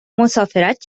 مسافرت